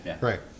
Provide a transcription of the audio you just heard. right